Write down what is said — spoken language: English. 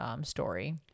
story